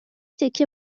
تکه